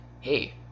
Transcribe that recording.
hey